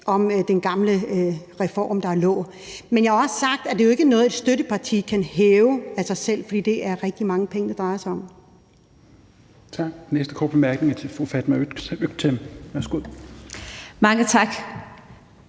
om den gamle reform, der er der. Men jeg har også sagt, at det jo ikke er noget, et støtteparti kan hæve alene, for det er rigtig mange penge, det drejer sig om.